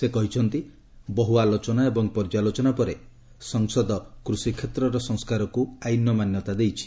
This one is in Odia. ସେ କହିଛନ୍ତି ବହୁ ଆଲୋଚନା ଏବଂ ପର୍ଯ୍ୟାଲୋଚନା ପରେ ସଂସଦ କୃଷି କ୍ଷେତ୍ରର ସଂସ୍କାରକୁ ଆଇନର ମାନ୍ୟତା ଦେଇଛି